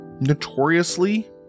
notoriously